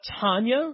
Tanya